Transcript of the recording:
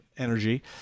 energy